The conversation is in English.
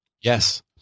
Yes